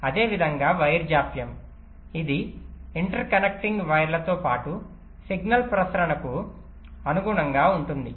అదేవిధంగా వైర్ జాప్యం ఇది ఇంటర్కనెక్టింగ్ వైర్లతో పాటు సిగ్నల్ ప్రసరణ కు అనుగుణంగా ఉంటుంది